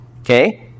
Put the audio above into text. Okay